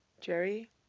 Jerry